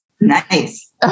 Nice